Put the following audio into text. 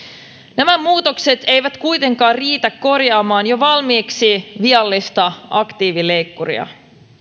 nämä muutokset eivät kuitenkaan riitä korjaamaan jo valmiiksi viallista aktiivileikkuria